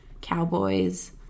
cowboys